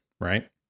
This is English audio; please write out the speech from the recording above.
right